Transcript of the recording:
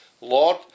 Lord